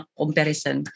comparison